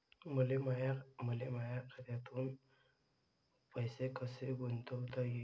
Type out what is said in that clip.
मले माया खात्यातून पैसे कसे गुंतवता येईन?